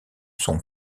son